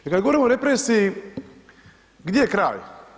Jer kad govorimo o represiji, gdje je kraj?